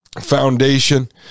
Foundation